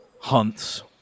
hunts